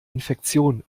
infektion